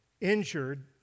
injured